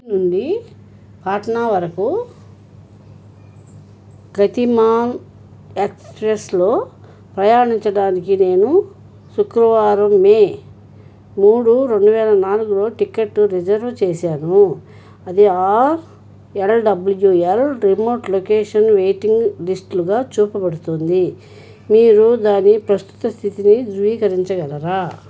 నుండి పాట్నా వరకు గతిమాన్ ఎక్స్ప్రెస్లో ప్రయాణించడానికి నేను శుక్రవారం మే మూడు రెండు వేల నాలుగులో టికెట్టు రిజర్వ్ చేసాను అది ఎల్డబ్ల్యూఎల్ రిమోట్ లొకేషన్ వెయిటింగ్ లిస్ట్లుగా చూపబడుతోంది మీరు దాని ప్రస్తుత స్థితిని ధృవీకరించగలరా